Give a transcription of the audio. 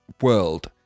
world